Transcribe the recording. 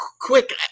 quick